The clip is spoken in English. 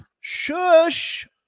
shush